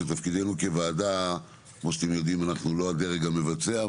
שתפקידנו כוועדה כמו שאתם יודעים אנחנו לא הדרג המבצע,